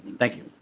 thank you.